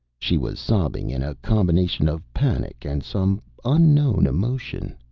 she was sobbing in a combination of panic and some unknown emotion.